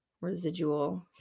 Residual